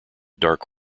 dark